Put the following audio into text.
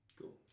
Cool